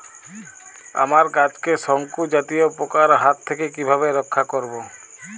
আমার গাছকে শঙ্কু জাতীয় পোকার হাত থেকে কিভাবে রক্ষা করব?